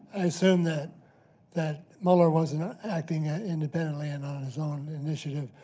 i assume that that mueller wasn't ah acting ah independently and on his own initiative,